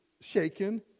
shaken